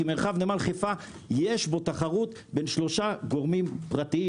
כי מרחב נמל חיפה יש בו תחרות בין 3 גורמים פרטיים